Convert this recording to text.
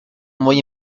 muy